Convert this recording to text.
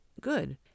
good